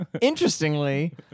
Interestingly